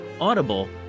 Audible